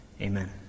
Amen